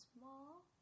small